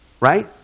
Right